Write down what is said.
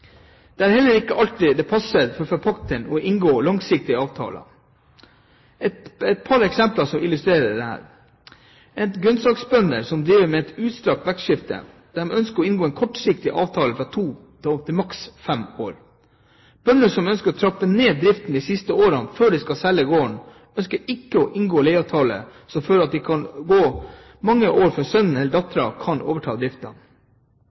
Det er heller ikke alltid det passer for forpakteren å inngå langsiktige avtaler. Et par eksempler som illustrerer dette: Grønnsakbønder som driver med utstrakt vekstskifte, ønsker å inngå en kortsiktig avtale fra to til opp til maks fem år. Bønder som ønsker å trappe ned driften de siste årene før de skal selge gården, ønsker ikke å inngå leieavtaler som fører til at det kan gå mange år før sønnen eller datteren kan overta